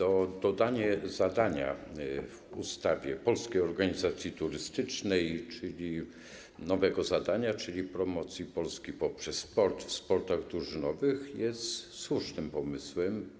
To dodanie zadania w ustawie Polskiej Organizacji Turystycznej, nowego zadania, czyli promocji Polski poprzez sport w sportach drużynowych, jest słusznym pomysłem.